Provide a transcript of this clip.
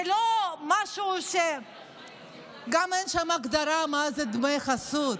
גם אין שם הגדרה מה זה דמי חסות.